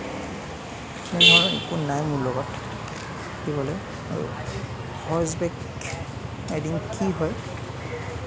এনেধৰণৰ একো নাই মোৰ লগত দিবলে আৰু হৰ্চবেক ৰাইডিং কি হয়